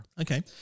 Okay